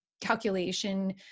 calculation